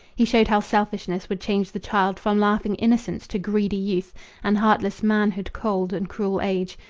he showed how selfishness would change the child from laughing innocence to greedy youth and heartless manhood, cold and cruel age,